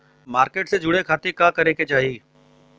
Market से जुड़े खाती का करे के चाही?